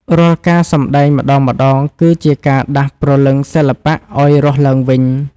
រាល់ការសម្ដែងម្ដងៗ គឺជាការដាស់ព្រលឹងសិល្បៈឱ្យរស់ឡើងវិញ។